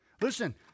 Listen